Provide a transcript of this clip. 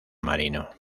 marino